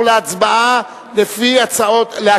ביום שני קיימנו דיון בנושא: כוונת הפלסטינים